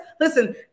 Listen